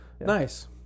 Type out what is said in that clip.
Nice